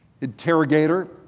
interrogator